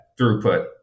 throughput